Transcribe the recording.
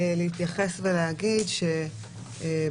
בבקשה.